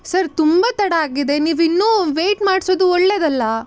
sir ತುಂಬ ತಡ ಆಗಿದೆ ನೀವು ಇನ್ನೂ ವೇಯ್ಟ್ ಮಾಡಿಸೋದು ಒಳ್ಳೆಯದಲ್ಲ